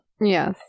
yes